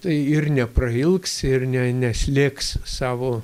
tai ir neprailgs ir ne neslėgs savo